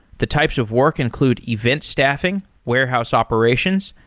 the types of work include event staffing, warehouse operations,